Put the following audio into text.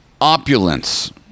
opulence